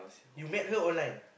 you met girl online